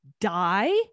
die